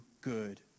good